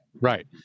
right